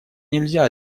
нельзя